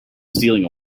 stealing